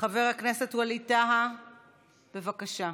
חבר הכנסת ווליד טאהא, בבקשה.